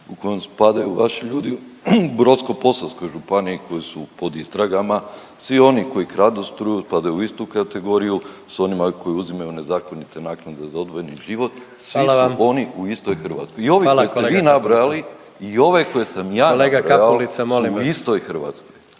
u kojem spadaju vaši ljudi u Brodsko-posavskoj županiji koji su pod istragama, svi oni koji kradu struju spadaju u istu kategoriju s onima koji uzimaju nezakonite naknade za odvojeni život. …/Upadica predsjednik: Hvala vam./… Svi su oni u istoj Hrvatskoj